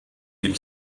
hil